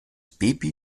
baby